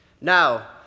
Now